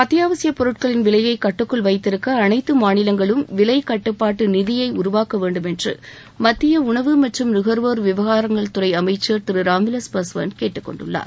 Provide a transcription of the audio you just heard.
அத்தியாவசிய பொருட்களின் விலையை கட்டுக்குள் வைத்திருக்க அனைத்து மாநிலங்களும் விலை கட்டுப்பாட்டு நிதியை உருவாக்க வேண்டும் என்று மத்திய உணவு மற்றும் நுகர்வோர் விவகாரங்கள் துறை அமைச்சர் திரு ராம்விலாஸ் பாஸ்வான் கேட்டுக்கொண்டுள்ளார்